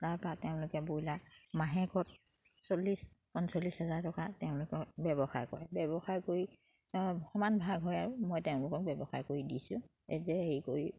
তাৰপা তেওঁলোকে ব্ৰইলাৰ মাহেকত চল্লিছ পঞ্চল্লিছ হাজাৰ টকা তেওঁলোকে ব্যৱসায় কৰে ব্যৱসায় কৰি সমান ভাগ হয় আৰু মই তেওঁলোকক ব্যৱসায় কৰি দিছোঁ যে হেৰি কৰি